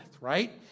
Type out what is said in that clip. Right